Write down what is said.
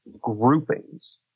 groupings